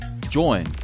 Join